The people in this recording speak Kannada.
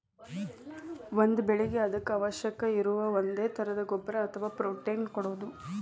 ಒಂದ ಬೆಳಿಗೆ ಅದಕ್ಕ ಅವಶ್ಯಕ ಇರು ಒಂದೇ ತರದ ಗೊಬ್ಬರಾ ಅಥವಾ ಪ್ರೋಟೇನ್ ಕೊಡುದು